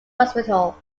hospital